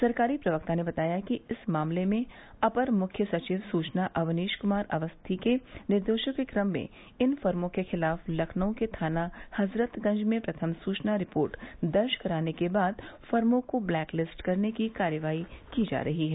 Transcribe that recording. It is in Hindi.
सरकारी प्रवक्ता ने बताया कि इस मामले में अपर मुख्य सचिव सूचना अवनीश कुमार अवस्थी के निर्देशों के क्रम में इन फर्मो के खिलाफ लखनऊ के थाना हजरतगंज में प्रथम सूचना रिपोर्ट दर्ज कराने के बाद फर्मो को ब्लैक लिस्ट करने की कार्रवाई की जा रही है